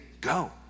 go